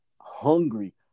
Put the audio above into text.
hungry